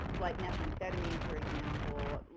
like methamphetamine, for example,